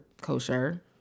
kosher